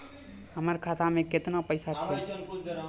हमर खाता मैं केतना पैसा छह?